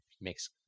makes